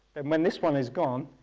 and when this one is gone,